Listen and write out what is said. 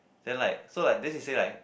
then like so like then she say like